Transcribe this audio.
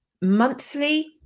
monthly